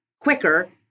quicker